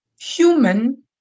human